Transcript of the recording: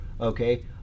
Okay